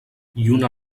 lluna